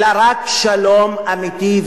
אלא רק שלום אמיתי,